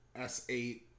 S8